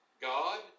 God